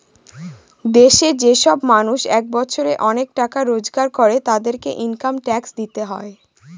দেশে যে সব মানুষ এক বছরে অনেক টাকা রোজগার করে, তাদেরকে ইনকাম ট্যাক্স দিতে হয়